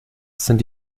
sind